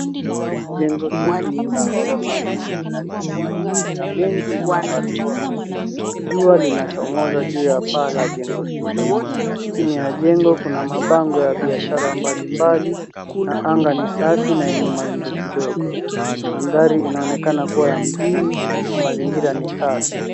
Jengo hili ni la ghorofa nyingi na lenye madirisha mengi na mabalkoni. Jua linachomoza juu ya paa la jengo hilo. Chini ya jengo kuna mabango ya biashara mbalimbali na anga ni safi na yenye mawingu kidogo. Mandhari inaonekana kuwa ya mjini na mazingira ni safi.